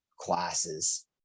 classes